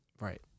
Right